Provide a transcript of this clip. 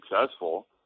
successful